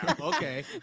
okay